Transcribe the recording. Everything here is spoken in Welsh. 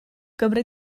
gymri